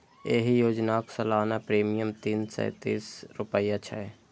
एहि योजनाक सालाना प्रीमियम तीन सय तीस रुपैया छै